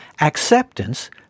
Acceptance